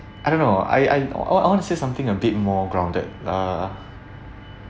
I don't know I I I want I want to say something a bit more grounded uh